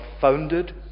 founded